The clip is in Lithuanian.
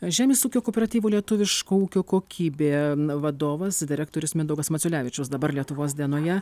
žemės ūkio kooperatyvo lietuviško ūkio kokybė vadovas direktorius mindaugas maciulevičius dabar lietuvos dienoje